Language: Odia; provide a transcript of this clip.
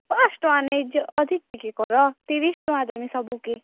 ପାଞ୍ଚ ଟଆଁ ନେଇ ଯାଅ ଅଧିକ୍ ଟିକେ କର ତିରିଶ ଟଆଁ ଦେମି ସବୁକେ